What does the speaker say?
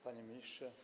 Panie Ministrze!